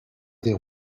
des